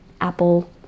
Apple